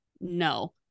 no